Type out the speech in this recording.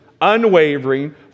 unwavering